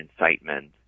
incitement